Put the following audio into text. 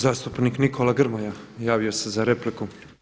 Zastupnik Nikola Grmoja javio se za repliku.